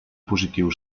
positiu